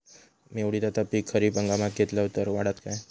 मी उडीदाचा पीक खरीप हंगामात घेतलय तर वाढात काय?